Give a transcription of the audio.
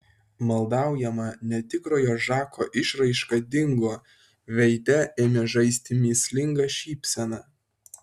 maldaujama netikrojo žako išraiška dingo veide ėmė žaisti mįslinga šypsena